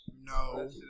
No